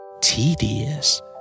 Tedious